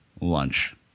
lunch